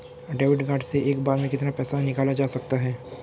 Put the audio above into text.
Debit card से एक बार में कितना पैसा निकाला जा सकता है?